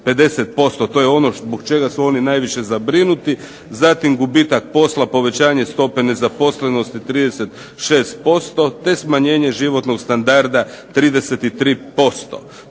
To je ono zbog čega su oni najviše zabrinuti, zatim gubitak posla, povećanje stope nezaposlenosti 36%, te smanjene životnog standarda 33%.